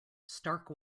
stark